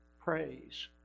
praise